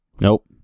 Nope